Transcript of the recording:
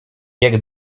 jak